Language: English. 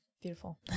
beautiful